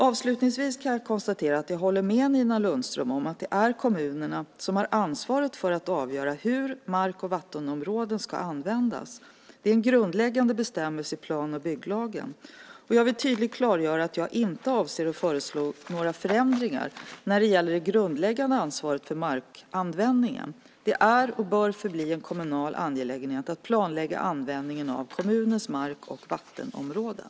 Avslutningsvis kan jag konstatera att jag håller med Nina Lundström om att det är kommunerna som har ansvaret för att avgöra hur mark och vattenområden ska få användas. Detta är en grundläggande bestämmelse i plan och bygglagen. Jag vill tydligt klargöra att jag inte avser att föreslå några förändringar när det gäller det grundläggande ansvaret för markanvändningen. Det är och bör förbli en kommunal angelägenhet att planlägga användningen av kommunens mark och vattenområden.